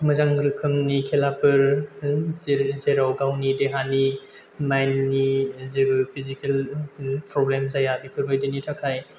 मोजां रोखोमनि खेलाफोर जेराव गावनि देहानि माइन्दनि जेबो फिजिकेल प्रब्लेम जाया बेफोरबायदिनि थाखाय